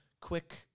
quick